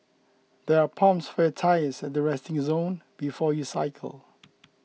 there are pumps for your tyres at the resting zone before you cycle